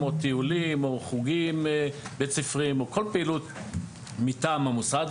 כמו טיולים או חוגים בית ספריים או כל פעילות מטעם המוסד,